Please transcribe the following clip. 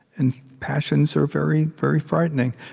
and passions are very, very frightening.